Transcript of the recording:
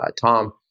Tom